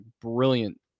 brilliant